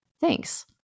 Thanks